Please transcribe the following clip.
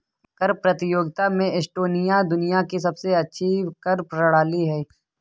कर प्रतियोगिता में एस्टोनिया दुनिया की सबसे अच्छी कर प्रणाली है